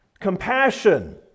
compassion